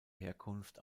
herkunft